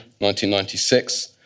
1996